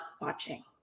watching